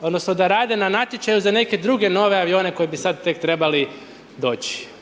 odnosno, da rade na natječaju za neke druge nove avione koji bi sada tek trebali doći.